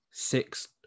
Six